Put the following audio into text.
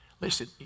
Listen